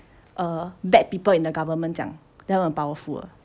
err bad people in the government 这样 then 他们很 powerful 的